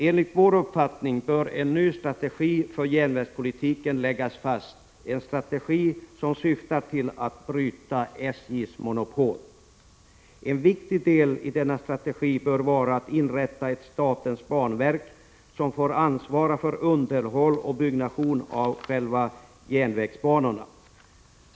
Enligt vår uppfattning bör en ny strategi för järnvägspolitiken läggas fast, en strategi som syftar till att bryta SJ:s monopol. En viktig deli denna strategi bör vara att inrätta ett statens banverk, som får ansvara för underhåll och byggnation av själva järnvägsbanorna.